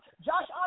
Josh